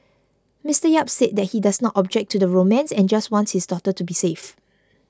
Mister Yap said that he does not object to the romance and just wants his daughter to be safe